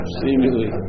seemingly